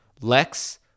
lex